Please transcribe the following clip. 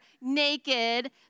naked